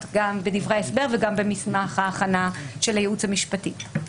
גם בדברי ההסבר וגם במסמך ההכנה של הייעוץ המשפטי.